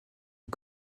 aux